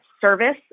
service